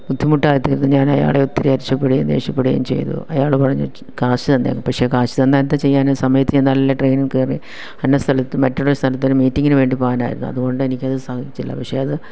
ബുദ്ധിമുട്ടായിത്തീർന്നു ഞാൻ അയാളെ ഒത്തിരി അരിശപ്പെടുകയും ദേഷ്യപ്പെടുകയും ചെയ്തു അയാള് പറഞ്ഞു കാശ് ന്ന് പക്ഷെ കാശ് തന്ന എന്ത് ചെയ്യാനാ സമയത്ത് ചെന്നാലല്ലേ ട്രെയിൻ കയറി പറഞ്ഞ സ്ഥലത്ത് മറ്റുള്ള സ്ഥലത്ത് ഒരു മീറ്റിങ്ങിന് വേണ്ടി പോകാനായിരുന്നു അതുകൊണ്ട് എനിക്കത് സാധിച്ചില്ല പക്ഷേ അത്